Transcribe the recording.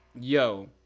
yo